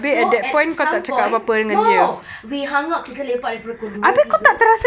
so at some point no we hung out kita lepak dari pukul dua tiga